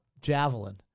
javelin